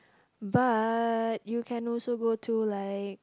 but you can also go to like